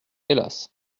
hélas